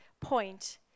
point